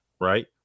right